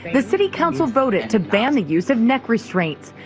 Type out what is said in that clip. the city council voted to ban the use of neck restraints.